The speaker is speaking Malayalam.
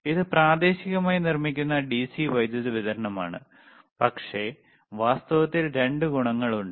ഇത് പ്രാദേശികമായി നിർമ്മിക്കുന്ന ഡിസി വൈദ്യുതി വിതരണമാണ് പക്ഷേ വാസ്തവത്തിൽ 2 ഗുണങ്ങളുണ്ട്